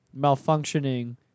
malfunctioning